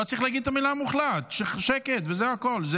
לא צריך להגיד את המילה "מוחלט"; שקט וזה הכול.